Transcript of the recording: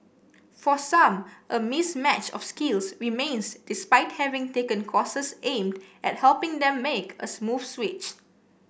for some a mismatch of skills remains despite having taken courses aimed at helping them make a smooth switch